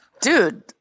Dude